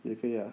也可以啊